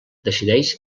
decideix